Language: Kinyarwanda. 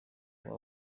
bava